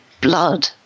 blood